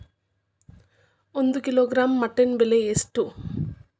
ಒಂದು kilogram mutton ಬೆಲೆ ಎಷ್ಟ್?